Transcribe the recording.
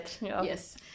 Yes